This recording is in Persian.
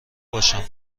باشم